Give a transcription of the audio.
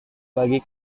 bagi